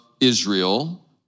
Israel